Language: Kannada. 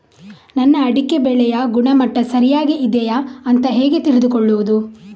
ನನ್ನ ಅಡಿಕೆ ಬೆಳೆಯ ಗುಣಮಟ್ಟ ಸರಿಯಾಗಿ ಇದೆಯಾ ಅಂತ ಹೇಗೆ ತಿಳಿದುಕೊಳ್ಳುವುದು?